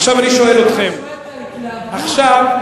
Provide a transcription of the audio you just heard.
עכשיו אני שואל אתכם, אני